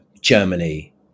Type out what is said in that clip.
Germany